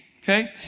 okay